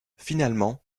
finalement